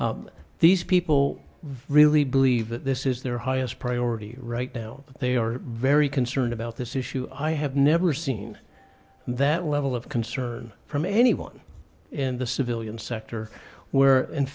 sector these people really believe that this is their highest priority right now they are very concerned about this issue i have never seen that level of concern from anyone in the civilian sector where in